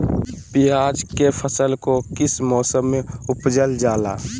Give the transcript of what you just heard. प्याज के फसल को किस मौसम में उपजल जाला?